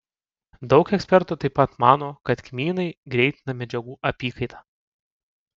daug ekspertų taip pat mano kad kmynai greitina medžiagų apykaitą